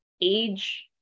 age